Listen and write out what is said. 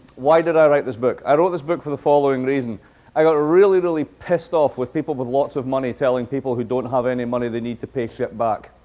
why did i write this book? i wrote this book for the following reason i got really, really pissed off with people with lots of money telling people who don't have any money they need to pay shit back.